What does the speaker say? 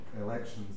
elections